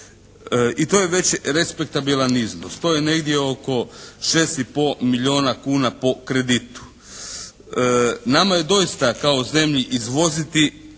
i to je već respektabilan iznos. To je negdje oko 6 i pol milijuna kuna po kreditu. Nama je doista kao zemlji izvoziti